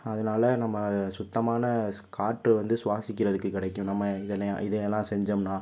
அதனால் நம்ப சுத்தமான காற்று வந்து சுவாசிக்கிறதுக்கு கிடைக்கும் நம்ப இதை இதலாம் செஞ்சோம்னால்